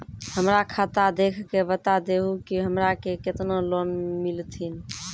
हमरा खाता देख के बता देहु के हमरा के केतना लोन मिलथिन?